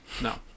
no